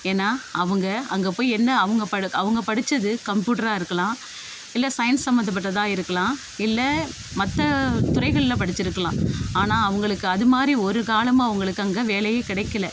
ஏன்னா அவங்க அங்கே போய் என்ன அவங்க படு அவங்க படித்தது கம்ப்யூட்ராக இருக்கலாம் இல்லை சயின்ஸ் சம்மந்தப்பட்டதாக இருக்கலாம் இல்லை மற்ற துறைகளில் படித்திருக்கலாம் ஆனால் அவங்களுக்கு அதுமாதிரி ஒரு காலமும் அவங்களுக்கு அங்கே வேலை கிடைக்கில